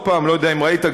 אני לא יודע אם ראית,